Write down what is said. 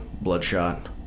bloodshot